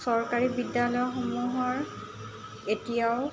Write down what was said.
চৰকাৰী বিদ্যালয়সমূহৰ এতিয়াও